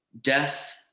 death